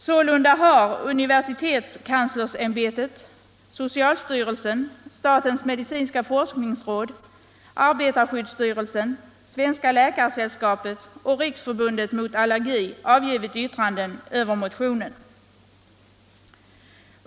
Sålunda har universitetskanslersämbetet, socialstyrelsen, statens medicinska forskningsråd, arbetarskyddsstyrelsen, Svenska läkaresällskapet och Riksförbundet mot allergi avgivit yttranden över motionen.